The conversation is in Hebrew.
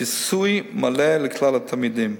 וכיסוי מלא לכלל התלמידים.